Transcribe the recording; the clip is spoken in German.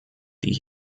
die